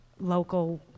local